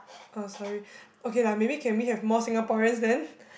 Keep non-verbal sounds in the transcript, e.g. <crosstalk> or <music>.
oh sorry okay lah maybe can we have more Singaporeans then <breath>